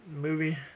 movie